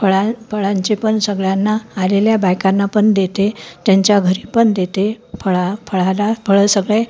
फळ फळांचे पण सगळ्यांना आलेल्या बायकांना पण देते त्यांच्या घरी पण देते फळ फळाला फळं सगळे